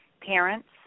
parents